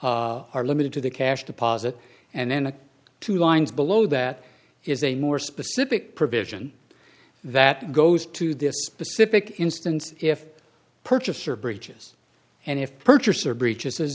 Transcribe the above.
parties are limited to the cash deposit and then two lines below that is a more specific provision that goes to this specific instance if purchaser bridges and if purchaser breaches